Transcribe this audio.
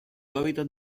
hábitat